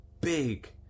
big